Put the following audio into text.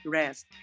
rest